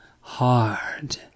hard